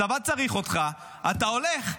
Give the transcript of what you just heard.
הצבא צריך אותך, אתה הולך.